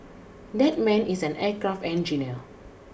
that man is an aircraft engineer